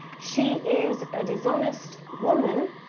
she is a dishonest woman.